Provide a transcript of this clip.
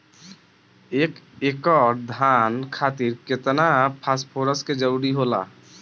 एक एकड़ धान खातीर केतना फास्फोरस के जरूरी होला?